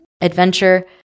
Adventure